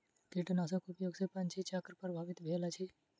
कीटनाशक उपयोग सॅ पंछी चक्र प्रभावित भेल अछि